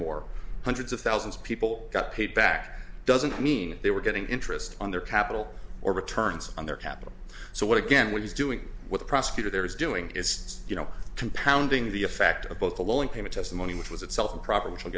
more hundreds of thousands of people got paid back doesn't mean they were getting interest on their capital or returns on their capital so what again was doing what the prosecutor there is doing is you know compounding the effect of both the well and came in testimony which was itself improper which